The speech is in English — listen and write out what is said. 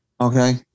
Okay